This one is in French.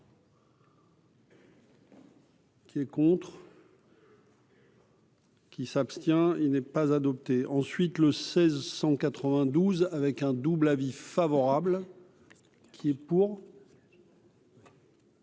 Qui est contre. Qui s'abstient, il n'est pas adopté ensuite le 16 192 avec un double avis favorable qui pour.